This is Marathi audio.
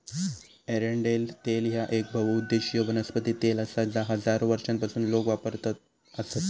एरंडेल तेल ह्या येक बहुउद्देशीय वनस्पती तेल आसा जा हजारो वर्षांपासून लोक वापरत आसत